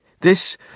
This